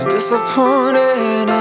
disappointed